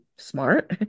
smart